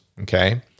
Okay